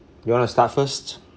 you want to start first